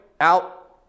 out